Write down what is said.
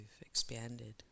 expanded